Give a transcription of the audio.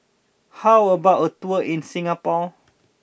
how about a tour in Singapore